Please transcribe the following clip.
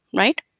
right?